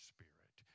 Spirit